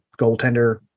goaltender